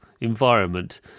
environment